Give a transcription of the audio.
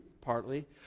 partly